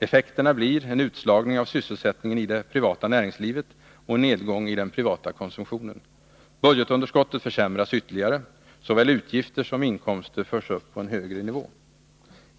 Effekterna blir en utslagning av sysselsättningen i det privata näringslivet och en nedgång i den privata konsumtionen. Budgetunderskottet försämras ytterligare. Såväl utgifter som inkomster förs upp på en högre nivå.